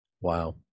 wow